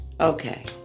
Okay